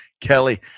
Kelly